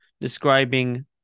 describing